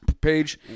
page